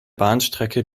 bahnstrecke